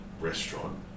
restaurant